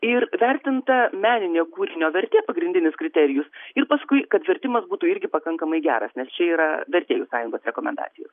ir vertinta meninė kūrinio vertė pagrindinis kriterijus ir paskui kad vertimas būtų irgi pakankamai geras nes čia yra vertėjų sąjungos rekomendacijos